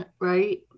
right